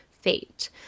fate